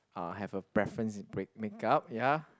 ah have a preference in makeup ya